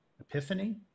Epiphany